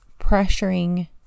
pressuring